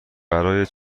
برای